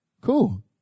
Cool